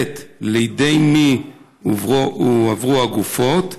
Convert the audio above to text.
2. לידי מי הועברו הגופות?